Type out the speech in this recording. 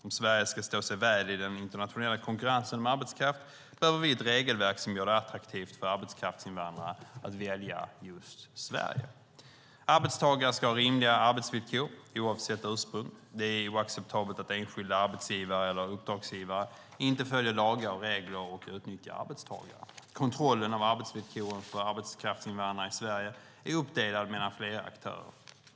Om Sverige ska stå sig väl i den internationella konkurrensen om arbetskraft behöver vi ett regelverk som gör det attraktivt för arbetskraftsinvandrare att välja just Sverige. Arbetstagare ska ha rimliga arbetsvillkor, oavsett ursprung. Det är oacceptabelt att enskilda arbetsgivare eller uppdragsgivare inte följer lagar och regler utan utnyttjar arbetstagare. Kontrollen av arbetsvillkoren för arbetskraftsinvandrare i Sverige är uppdelad mellan flera aktörer.